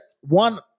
one